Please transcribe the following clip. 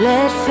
Let